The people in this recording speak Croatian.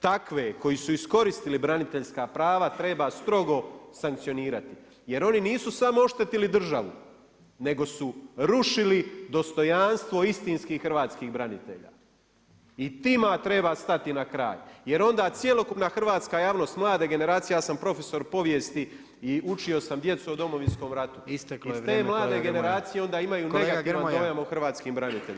Takve koji su iskoristili braniteljska prava treba strogo sankcionirati jer oni su samo oštetili državu nego su rušili dostojanstvo istinskih hrvatskih branitelja i tima treba stati na kraj jer onda cjelokupna hrvatska javnost, mlade generacije, ja sam profesor povijesti i učio sam djecu o Domovinskom ratu [[Upadica predsjednik: Isteklo je vrijeme.]] Iz te mlade generacije onda imaju negativan dojam o hrvatskim braniteljima.